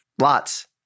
Lots